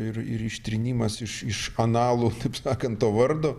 ir ir ištrynimas iš iš analų taip sakant to vardo